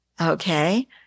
okay